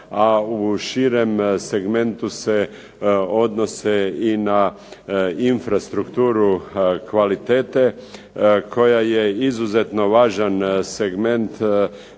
a u širem segmentu se odnose i na infrastrukturu kvalitete koja je izuzetno važan segment